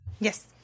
Yes